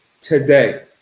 Today